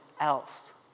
else